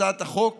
הצעת החוק